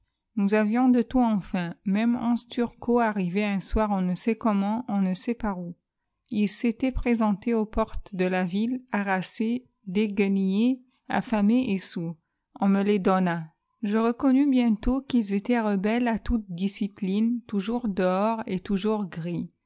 nous avions de tout enfin même onze turcos arrivés un soir on ne sait comment on ne sait par où ils s'étaient présentés aux portes de la ville harassés déguenillés affamés et soûls on me les donna je reconnus bientôt qu'ils étaient rebelles à toute discipline toujours dehors et toujours gris